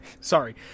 Sorry